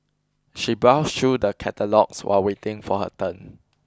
she browsed through the catalogues while waiting for her turn